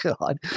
God